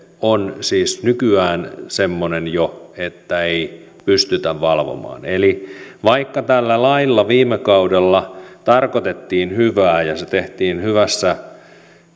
on siis jo nykyään semmoinen että ei pystytä valvomaan eli vaikka tällä lailla viime kaudella tarkoitettiin hyvää ja se tehtiin hyvässä